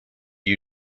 you